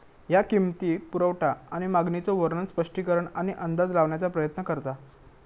ह्या किंमती, पुरवठा आणि मागणीचो वर्णन, स्पष्टीकरण आणि अंदाज लावण्याचा प्रयत्न करता